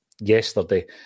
yesterday